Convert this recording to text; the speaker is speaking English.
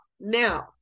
now